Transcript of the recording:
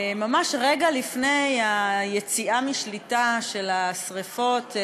ממש רגע לפני היציאה משליטה של השרפות,